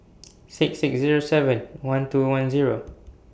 six six Zero seven one two one Zero